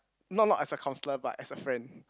not not as a counsellor but as a friend